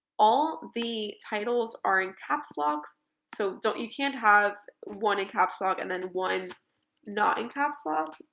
all the titles are in caps locks so don't you can't have one in caps lock and then one not in caps lock.